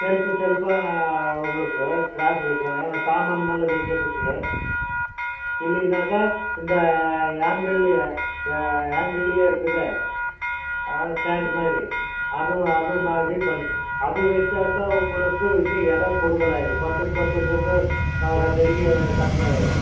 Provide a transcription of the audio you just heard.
shelf செல்ப்பாக உங்களுக்கு ட்ரேக் வைக்கோணும் அந்த சாமானமெல்லாம் வைக்கறதுக்கு இல்லைனாக்கா இந்த ஆங்கிள்லயே ஆங்கிள்லயே இருக்குதை அந்த ஸ்டேண்டு மாதிரி அதுவும் அதுவும் மாதிரியும் பண்ணி அது வச்சாக்கா உங்களுக்கு இன்னும் இடம் குறுகலாயிரும் பத்துக்கு பத்துங்கறது ரெண்டடிக்கு கம்மியாயிரும்